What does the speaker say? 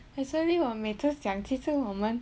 actually 我每次讲其实我们